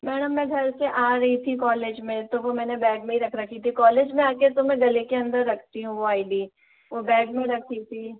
madam मैं घर से आ रही थी कॉलेज में तो वो मैंने बैग में ही रख रखी थी कॉलेज में आकर तो मैं गले के अंदर रखती हूँ वो आई डी वो बैग में रखी थी